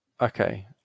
Okay